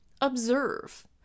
observe